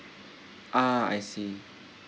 ah I see